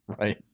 right